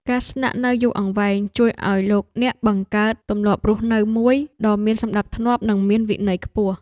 ការស្នាក់នៅយូរអង្វែងជួយឱ្យលោកអ្នកបង្កើតទម្លាប់រស់នៅមួយដ៏មានសណ្ដាប់ធ្នាប់និងមានវិន័យខ្ពស់។